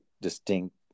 distinct